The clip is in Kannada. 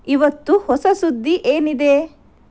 ಇವತ್ತು ಹೊಸ ಸುದ್ದಿ ಏನಿದೆ